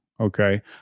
okay